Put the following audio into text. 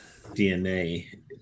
DNA